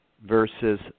versus